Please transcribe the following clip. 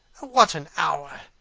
what an hour!